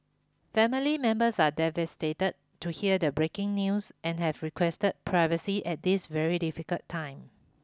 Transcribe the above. family members are devastated to hear the breaking news and have requested privacy at this very difficult time